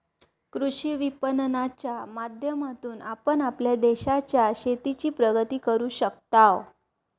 कृषी विपणनाच्या माध्यमातून आपण आपल्या देशाच्या शेतीची प्रगती करू शकताव